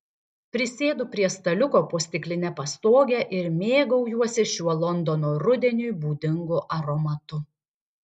prisėdu prie staliuko po stikline pastoge ir mėgaujuosi šiuo londono rudeniui būdingu aromatu